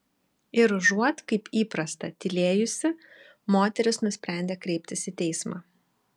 ir užuot kaip įprasta tylėjusi moteris nusprendė kreiptis į teismą